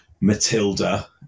Matilda